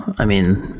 i mean,